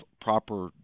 proper